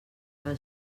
del